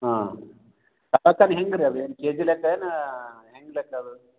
ಹಾಂ ಹೆಂಗೆ ರೀ ಅದೇನು ಕೆಜಿ ಲೆಕ್ಕ ಏನು ಹೆಂಗೆ ಲೆಕ್ಕ ಅದು